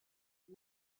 une